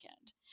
end